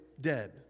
dead